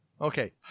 Okay